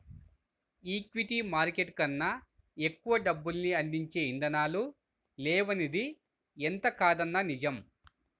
equity market కన్నా ఎక్కువ డబ్బుల్ని అందించే ఇదానాలు లేవనిది ఎంతకాదన్నా నిజం